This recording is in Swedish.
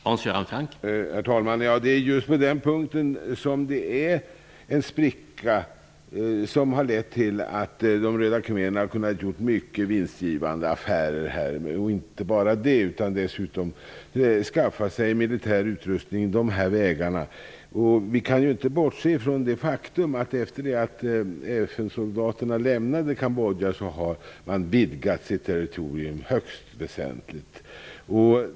Herr talman! Det är just på den punkten som det finns en spricka, som har lett till att Röda khmererna har kunnat göra mycket vinstgivande affärer och dessutom skaffa sig militär utrustning. Vi kan inte bortse från det faktum att de, efter det att FN-soldaterna lämnade Kambodja, har vidgat sitt territorium högst väsentligt.